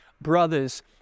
brothers